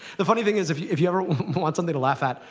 the funny thing is, if you if you ever want something to laugh at,